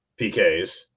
PKs